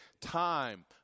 time